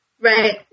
Right